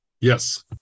Yes